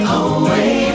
away